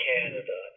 Canada